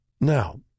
Now